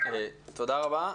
תודה רבה.